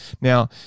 Now